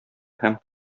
һәм